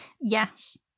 Yes